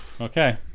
Okay